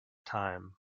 time